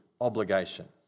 obligation